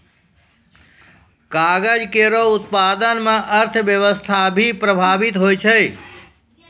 कागज केरो उत्पादन म अर्थव्यवस्था भी प्रभावित होय छै